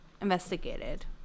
investigated